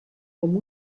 com